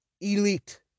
elite